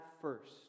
first